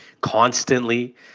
constantly